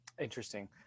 Interesting